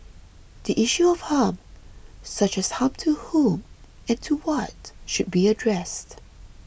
the issue of harm such as harm to whom and to what should be addressed